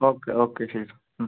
okay okay ശരി